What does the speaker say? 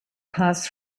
passed